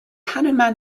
hanuman